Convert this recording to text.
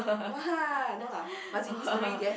what no lah but as in mystery guess